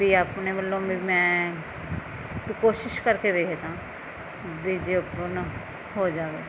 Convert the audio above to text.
ਵੀ ਆਪਣੇ ਵੱਲੋਂ ਵੀ ਮੈਂ ਵੀ ਕੋਸ਼ਿਸ਼ ਕਰਕੇ ਵੇਖਦਾ ਵੀ ਜੇ ਉੱਪਰ ਨਾ ਹੋ ਜਾਵੇ